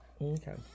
Okay